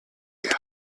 had